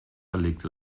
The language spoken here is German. legte